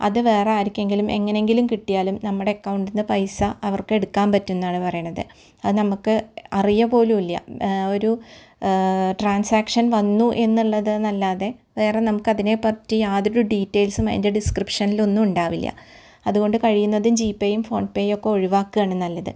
അത് വേറെ ആർക്കെങ്കിലും എങ്ങനെ എങ്കിലും കിട്ടിയാലും നമ്മുടെ അക്കൗണ്ട് നിണ്ണ് പൈസ അവർക്ക് എടുക്കാൻ പറ്റും എന്നാണ് പറയുന്നത് അത് നമുക്ക് അറിയുക പോലുമില്ല ഒരു ട്രാൻസാക്ഷൻ വന്നു എന്നുള്ളത് അല്ലാതെ വേറെ നമുക്ക് അതിനെ പറ്റി യാതൊരു ഡീറ്റൈൽസ്സും അതിൻ്റെ ഡിസ്ക്രിപ്ഷനിലൊന്നും ഉണ്ടാവില്ല അതുകൊണ്ട് കഴിയുന്നതും ജീപ്പേയും ഫോൺപേയും ഒക്കെ ഒഴിവാക്കുകയാണ് നല്ലത്